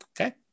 Okay